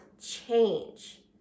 change